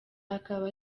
akaba